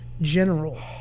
General